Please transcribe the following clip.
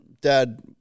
dad